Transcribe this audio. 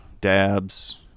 dabs